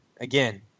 again